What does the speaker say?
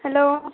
hello